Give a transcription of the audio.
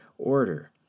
order